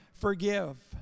forgive